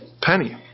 penny